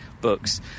books